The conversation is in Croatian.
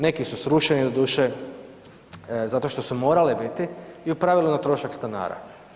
Neki su srušeni doduše zato što su morali biti i u pravilu na trošak stanara.